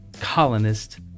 colonist